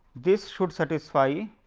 this should satisfy